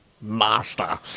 Master